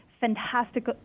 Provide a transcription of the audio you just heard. fantastic